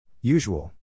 Usual